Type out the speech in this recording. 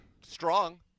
Strong